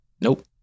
Nope